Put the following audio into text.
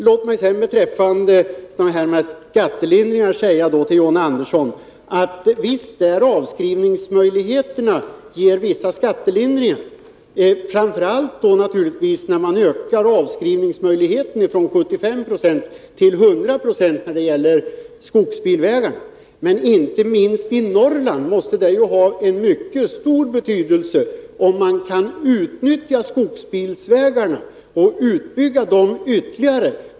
Låt mig sedan beträffande skattelindringar säga till John Andersson att avskrivningsmöjligheterna visst ger vissa skattelindringar, framför allt naturligtvis när avskrivningsmöjligheten ökar från 75 9 till 100 Jo beträffande skogsbilvägarna. Men inte minst i Norrland måste det ha mycket stor betydelse, om man kan utnyttja skogsbilvägarna och utbygga dem ytterligare.